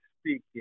speaking